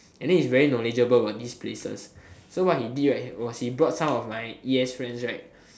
and then he's very knowledgeable about these places so what he did was he brought some of my e_s friends right